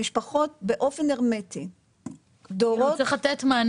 המשפחות באופן הרמטי, דורות.